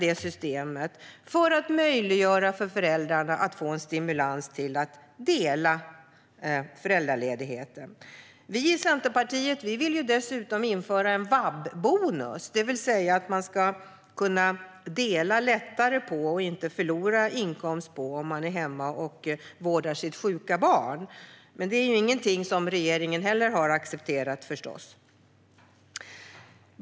Då kunde man möjliggöra för föräldrarna och ge dem en stimulans att dela föräldraledigheten. Vi i Centerpartiet vill dessutom införa en vab-bonus. Den innebär att man lättare ska kunna dela vab och inte förlora inkomst om man är hemma och vårdar sitt sjuka barn. Men det är förstås inget som regeringen har tagit till sig.